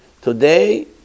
Today